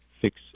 fix